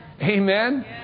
amen